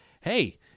hey